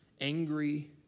angry